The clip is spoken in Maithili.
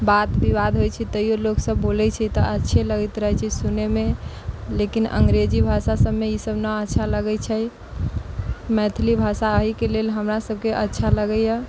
बात विवाद होइ छै तय्यौ लोक सभ बोलै छै तऽ अच्छे लगैत रहै छै सुनैमे लेकिन अंग्रेजी भाषा सभमे इसभ न अच्छा लगै छै मैथिली भाषा एहिके लेल हमरा सभके अच्छा लगैया